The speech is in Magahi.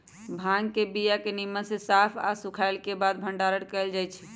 भांग के बीया के निम्मन से साफ आऽ सुखएला के बाद भंडारण कएल जाइ छइ